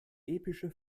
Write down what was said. epische